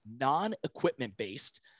non-equipment-based